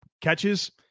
catches